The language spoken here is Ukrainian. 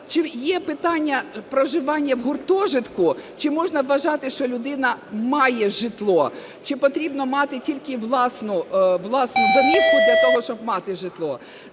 чи є питання проживання в гуртожитку чи можна вважати, що людина має житло, чи потрібно мати тільки власну домівку для того, щоб мати житло.